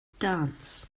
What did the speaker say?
dance